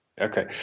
okay